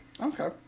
Okay